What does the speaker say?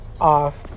Off